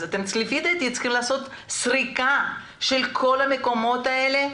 אתם צריכים לעשות סריקה של כל המקומות האלה.